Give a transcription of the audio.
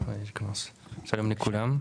שלום לכולם.